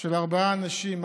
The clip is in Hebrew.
של ארבעה אנשים.